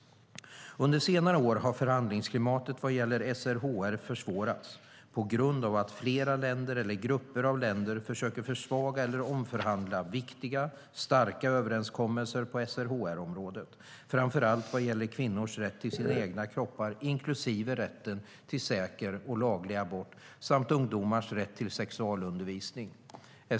Under senare år har förhandlingsklimatet vad gäller SRHR försvårats på grund av att flera länder eller grupper av länder försöker försvaga eller omförhandla viktiga, starka överenskommelser på SRHR-området, framför allt vad gäller kvinnors rätt till sina egna kroppar, inklusive rätten till säker och laglig abort samt ungdomars rätt till sexualundervisning.